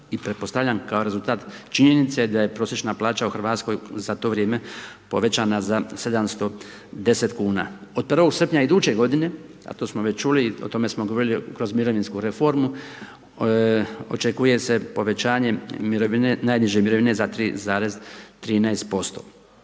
i pretpostavljam kao i rezultat činjenice da je prosječna plaća u Hrvatskoj za to vrijeme povećana za 710 kn. Od prvog srpnja iduće g. a to smo već čuli i o tome smo govorili kroz mirovinsku reformu, očekuje se povećanje mirovine najniže mirovine, za 3,13%.